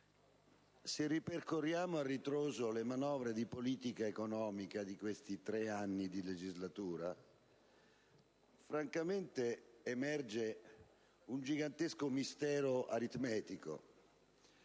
se ripercorriamo a ritroso le manovre di politica economica di questi tre anni di legislatura, francamente emerge un gigantesco mistero aritmetico.